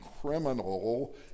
criminal